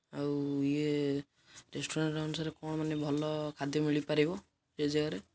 ଆଉ ଇଏ ରେଷ୍ଟୁରାଣ୍ଟ୍ ଅନୁସାରେ କ'ଣ ମାନେ ଭଲ ଖାଦ୍ୟ ମିଳିପାରିବ ସେ ଜାଗାରେ